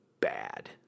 bad